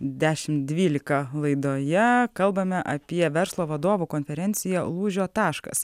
dešim dvylika laidoje kalbame apie verslo vadovų konferenciją lūžio taškas